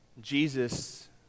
Jesus